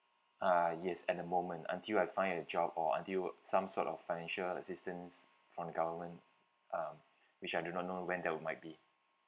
uh yes at the moment until I find a job or until some sort of financial assistance from the government um which I do not know when that will might be